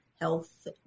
health